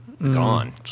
Gone